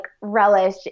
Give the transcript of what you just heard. relish